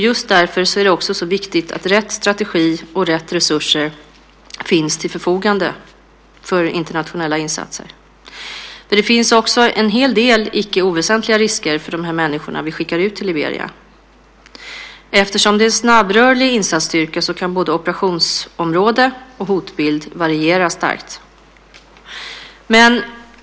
Just därför är det också viktigt att rätt strategi och rätt resurser finns till förfogande för internationella insatser. Det finns också en hel del icke oväsentliga risker för de människor vi skickar ut till Liberia. Eftersom det är en snabbrörlig insatsstyrka kan både operationsområde och hotbild variera starkt.